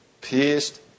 pierced